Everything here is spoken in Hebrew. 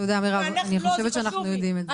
תודה מירב, אני חושבת שאנחנו יודעים את זה.